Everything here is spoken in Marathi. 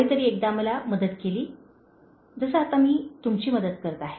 कोणीतरी एकदा मला मदत केली जसे आता मी तुमची मदत करते आहे